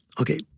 Okay